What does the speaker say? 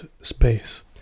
space